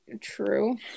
true